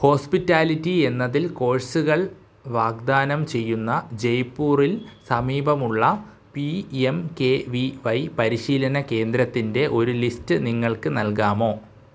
hospitality എന്നതിൽ കോഴ്സുകൾ വാഗ്ദാനം ചെയ്യുന്ന ജയ്പൂറിൽ സമീപമുള്ള P M K V Y പരിശീലന കേന്ദ്രത്തിൻ്റെ ഒരു ലിസ്റ്റ് നിങ്ങൾക്ക് നൽകാമോ